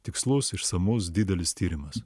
tikslus išsamus didelis tyrimas